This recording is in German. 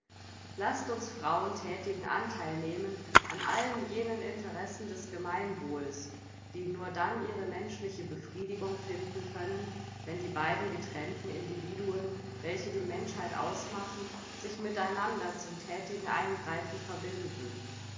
laßt uns frauen thätigen antheil nehmen an allen jenen interessen des gemeinwohles die nur dann ihre menschliche befriedigung finden können wenn die beiden getrennten individuen welche die menschheit ausmachen sich miteinander zum thätigen eingreifen verbinden